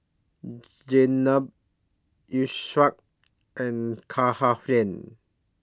Jenab Yusuf and Cahaya